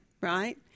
right